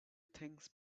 things